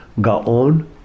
Gaon